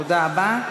תודה רבה.